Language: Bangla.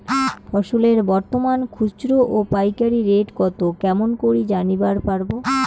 ফসলের বর্তমান খুচরা ও পাইকারি রেট কতো কেমন করি জানিবার পারবো?